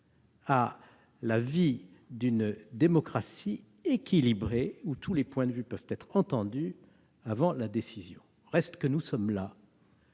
à la vie d'une démocratie équilibrée dans laquelle tous les points de vue peuvent être entendus avant la décision. Reste que nous sommes là